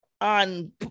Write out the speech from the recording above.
on